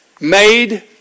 made